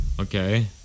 Okay